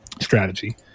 strategy